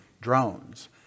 drones